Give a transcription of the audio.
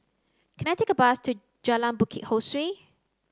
can I take a bus to Jalan Bukit Ho Swee